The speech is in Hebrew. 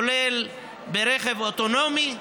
כולל ברכב אוטונומי,